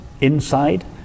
inside